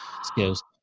skills